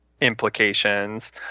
implications